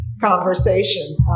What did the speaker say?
conversation